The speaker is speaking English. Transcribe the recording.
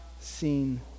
seen